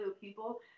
people